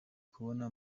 kubona